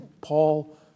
Paul